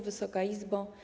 Wysoka Izbo!